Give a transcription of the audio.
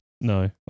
No